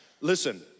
Listen